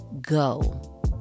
go